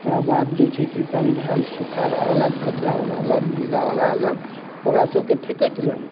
आ एकरा बाद जे छै कि पानि देहल सूखाके अलग कचरा बला अलग गीला बला अलग ओकरा सबके फेकैत रहलहुँ